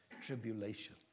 tribulation